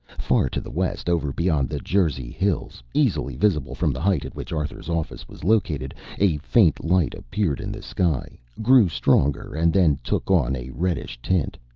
far to the west, over beyond the jersey hills easily visible from the height at which arthur's office was located a faint light appeared in the sky, grew stronger and then took on a reddish tint.